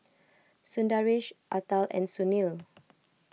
Sundaresh Atal and Sunil